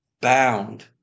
bound